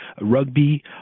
rugby